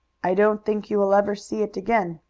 i don't think you will ever see it again,